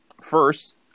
first